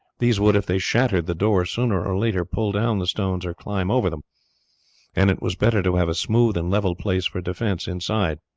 these would, if they shattered the door, sooner or later pull down the stones or climb over them and it was better to have a smooth and level place for defence inside.